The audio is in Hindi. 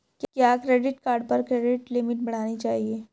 क्या क्रेडिट कार्ड पर क्रेडिट लिमिट बढ़ानी चाहिए?